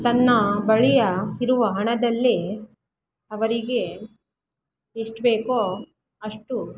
ತನ್ನ ಬಳಿಯ ಇರುವ ಹಣದಲ್ಲೇ ಅವರಿಗೆ ಎಷ್ಟು ಬೇಕೋ ಅಷ್ಟು